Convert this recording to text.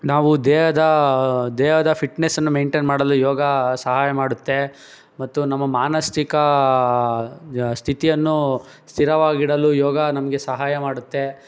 ನಾವು ದೇಹದ ದೇಹದ ಫಿಟ್ನೆಸನ್ನು ಮೇಂಟೇನ್ ಮಾಡಲು ಯೋಗ ಸಹಾಯ ಮಾಡುತ್ತೆ ಮತ್ತು ನಮ್ಮ ಮಾನಸಿಕ ಸ್ಥಿತಿಯನ್ನು ಸ್ಥಿರವಾಗಿಡಲು ಯೋಗ ನಮಗೆ ಸಹಾಯ ಮಾಡುತ್ತೆ